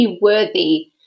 worthy